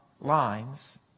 lines